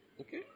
Okay